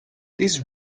this